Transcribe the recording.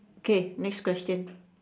okay next question